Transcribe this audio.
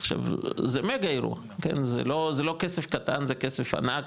עכשיו, זה מגה אירוע, זה לא כסף קטן, זה כסף ענק,